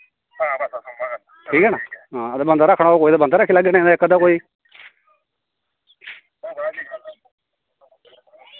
ठीक ऐ ना अगर बंदा रक्खना होग ते बंदा रक्खी लैगे इक्क दौ